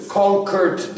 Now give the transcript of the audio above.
conquered